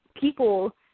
people